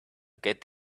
get